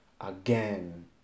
again